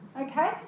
Okay